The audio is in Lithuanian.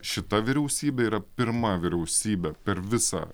šita vyriausybė yra pirma vyriausybė per visą